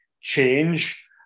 change